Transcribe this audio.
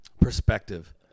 Perspective